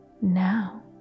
Now